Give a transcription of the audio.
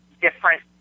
different